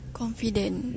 confident